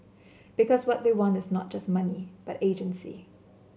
because what they want is not just money but agency